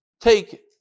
take